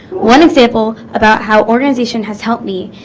one example about how organization has helped me